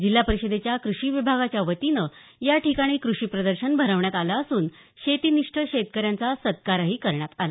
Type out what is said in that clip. जिल्हा परिषदेच्या कृषी विभागाच्या वतीने या ठिकाणी कृषी प्रदर्शन भरवण्यात आलं असून शेतीनिष्ठ शेतकऱ्यांचा सत्कारही करण्यात आला